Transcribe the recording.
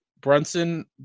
Brunson